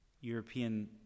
European